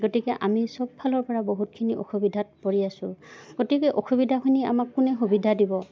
গতিকে আমি চব ফালৰ পৰা বহুতখিনি অসুবিধাত পৰি আছোঁ গতিকে অসুবিধাখিনি আমাক কোনে সুবিধা দিব